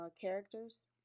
characters